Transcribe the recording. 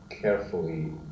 carefully